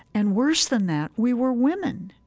and worse than that, we were women,